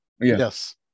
Yes